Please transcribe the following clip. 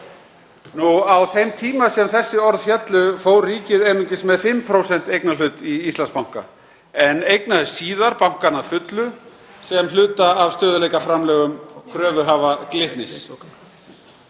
Á þeim tíma sem þessi orð féllu fór ríkið einungis með 5% eignarhlut í Íslandsbanka en eignaðist síðar bankana að fullu sem hluta af stöðugleikaframlögum kröfuhafa Glitnis.